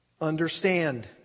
understand